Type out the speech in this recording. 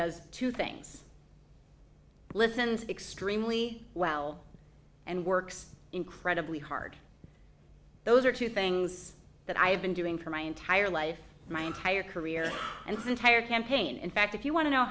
does two things listens extremely well and works incredibly hard those are two things that i have been doing for my entire life my entire career and this entire campaign in fact if you want to know